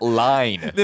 line